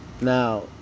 Now